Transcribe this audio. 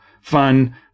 fun